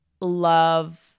love